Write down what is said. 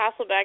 Hasselbeck